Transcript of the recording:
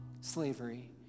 slavery